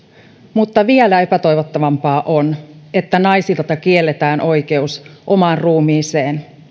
mutta vielä epätoivottavampaa on että naisilta kielletään oikeus omaan ruumiiseensa